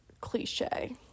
cliche